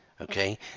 okay